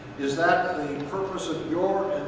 is that the purpose of your